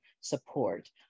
support